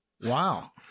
Wow